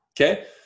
okay